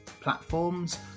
platforms